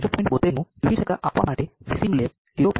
72 નું ડ્યુટી ચક્ર આપવા માટે Vc મૂલ્ય 0